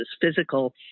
physical